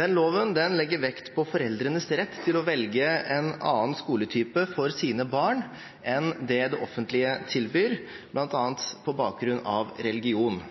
Loven legger vekt på foreldrenes rett til å velge en annen skoletype for sine barn enn det det offentlige tilbyr, bl.a. på bakgrunn av religion.